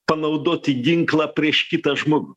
panaudoti ginklą prieš kitą žmogų